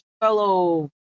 fellow